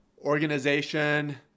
organization